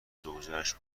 زوجهاش